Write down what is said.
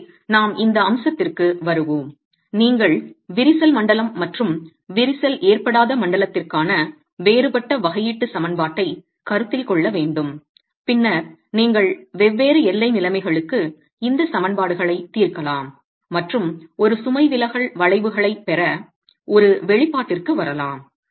எனவே நாம் இந்த அம்சத்திற்கு வருவோம் நீங்கள் விரிசல் மண்டலம் மற்றும் விரிசல் ஏற்படாத மண்டலத்திற்கான வேறுபட்ட வகையீட்டு சமன்பாட்டைக் கருத்தில் கொள்ள வேண்டும் பின்னர் நீங்கள் வெவ்வேறு எல்லை நிலைமைகளுக்கு இந்த சமன்பாடுகளைத் தீர்க்கலாம் மற்றும் ஒரு சுமை விலகல் வளைவுகளைப் பெற ஒரு வெளிப்பாட்டிற்கு வரலாம்